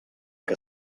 que